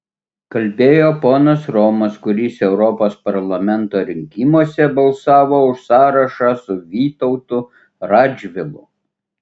kalbėjo ponas romas kuris europos parlamento rinkimuose balsavo už sąrašą su vytautu radžvilu